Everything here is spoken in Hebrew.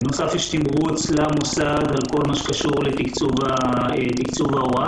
בנוסף יש תמרוץ למוסד בכל הקשור לתקצוב ההוראה,